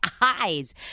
eyes